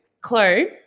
Chloe